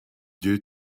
due